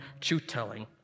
truth-telling